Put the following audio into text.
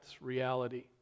reality